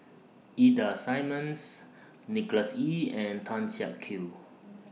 Ida Simmons Nicholas Ee and Tan Siak Kew